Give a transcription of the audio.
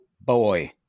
boy